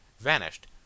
vanished